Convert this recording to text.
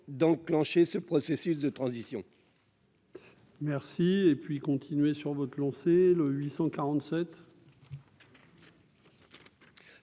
d'enclencher ce processus de transition. Merci et puis continuer sur votre lancée le 847.